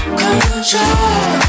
control